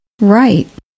Right